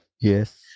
yes